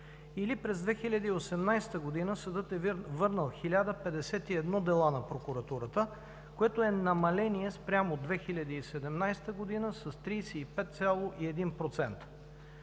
Или през 2018 г. съдът е върнал 1051 дела на Прокуратурата, което е намаление спрямо 2017 г. с 35,1%.